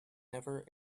never